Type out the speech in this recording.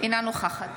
אינה נוכחת